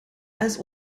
als